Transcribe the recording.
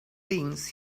things